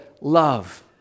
love